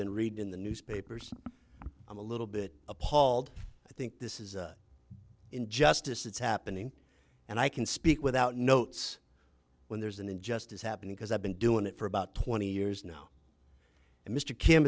been read in the newspapers i'm a little bit appalled i think this is an injustice it's happening and i can speak without notes when there's an injustice happening because i've been doing it for about twenty years now and mr kim